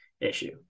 issue